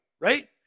right